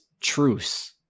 truce